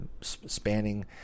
spanning